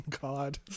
god